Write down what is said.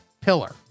pillar